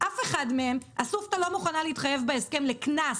אף אחד מהם אסופתא לא מוכנה להתחייב בהסכם לקנס